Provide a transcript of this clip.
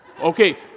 Okay